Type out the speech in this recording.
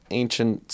ancient